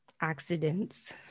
accidents